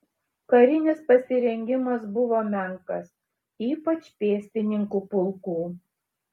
karinis pasirengimas buvo menkas ypač pėstininkų pulkų